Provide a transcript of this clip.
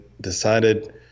decided